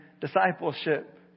discipleship